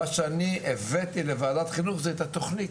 מה שאני הבאתי לוועדת חינוך זה את התוכנית.